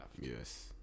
Yes